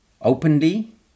openly